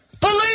believe